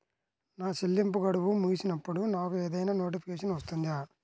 నా చెల్లింపు గడువు ముగిసినప్పుడు నాకు ఏదైనా నోటిఫికేషన్ వస్తుందా?